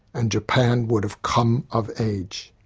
and japan would have come of age.